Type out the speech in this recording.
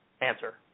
answer